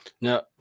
Now